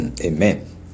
Amen